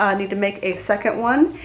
um need to make a second one,